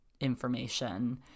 information